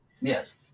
Yes